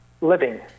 living